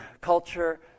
culture